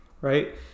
right